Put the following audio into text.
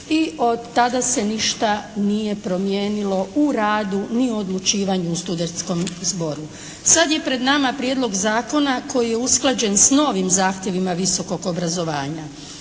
i od tada se ništa nije promijenilo u radu ni odlučivanju u studentskom zboru. Sad je pred nama prijedlog zakona koji je usklađen s novim zahtjevima visokog obrazovanja.